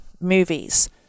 movies